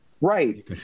right